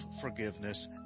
forgiveness